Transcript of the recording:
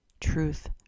truth